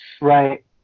right